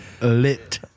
lit